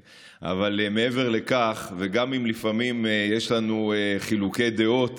מעבר לכך, וגם אם לפעמים יש לנו חילוקי דעות